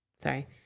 Sorry